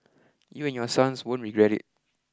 you and your sons won't regret it